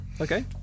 Okay